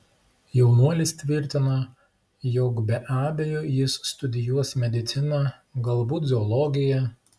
jaunuolis tvirtina jog be abejo jis studijuos mediciną galbūt zoologiją